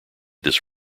this